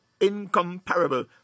incomparable